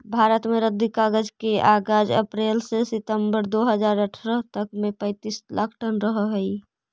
भारत में रद्दी कागज के आगाज अप्रेल से सितम्बर दो हज़ार अट्ठरह तक में पैंतीस लाख टन रहऽ हई